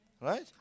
Right